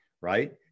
right